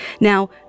Now